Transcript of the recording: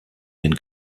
den